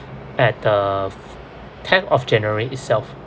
at the tenth of january itself